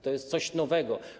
To jest coś nowego.